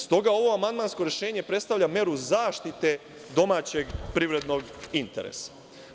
Stoga ovo amandmansko rešenje predstavlja meru zaštite domaćeg privrednog interesa.